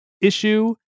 issue